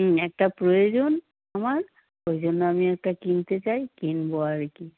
হুম একটা প্রয়োজন আমার ওই জন্য আমি একটা কিনতে চাই কিনবো আর কি